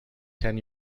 ten